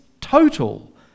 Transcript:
total